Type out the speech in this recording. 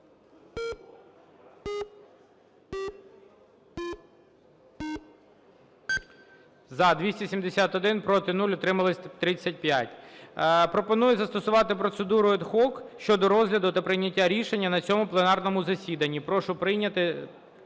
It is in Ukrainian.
За-271 Проти – 0, утримались – 35. Пропоную застосувати процедуру ad hoc щодо розгляду та прийняття рішення на цьому пленарному засіданні. Прошу прийняти…